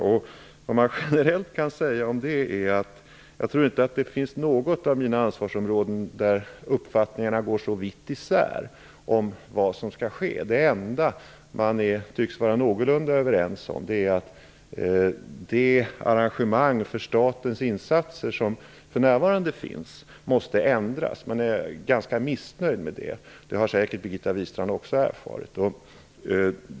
Vad jag generellt kan säga om det är att jag inte tror att uppfattningarna på något annat av mina ansvarsområden går så vitt isär om vad som skall ske. Det enda man tycks vara någorlunda överens om är att de arrangemang för statens insatser som för närvarande finns måste ändras. Man är ganska missnöjd med detta. Det har säkert Birgitta Wistrand också erfarit.